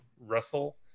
Russell